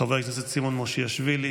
חבר הכנסת סימון מושיאשוילי,